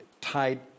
tied